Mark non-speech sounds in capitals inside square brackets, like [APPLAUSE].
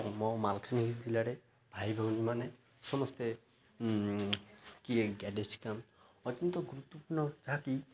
ମୋ ମାଲକାନଗିରି ଜିଲ୍ଲାରେ ଭାଇଭଉଣୀ ମାନେ ସମସ୍ତେ କିଏ [UNINTELLIGIBLE] କାମ ଅତ୍ୟନ୍ତ ଗୁରୁତ୍ୱପୂର୍ଣ୍ଣ ଯାହା କି